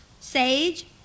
Sage